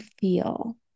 feel